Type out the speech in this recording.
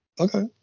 Okay